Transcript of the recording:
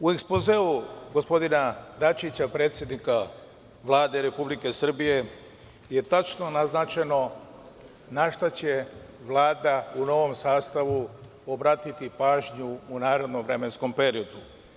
U ekspozeu gospodina Dačića, predsednika Vlade Republike Srbije je tačno naznačeno na šta će Vlada u novom sastavu obratiti pažnju u narednom vremenskom periodu.